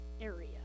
area